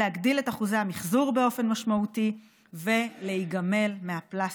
להגדיל את אחוזי המחזור באופן משמעותי ולהיגמל מהפלסטיק.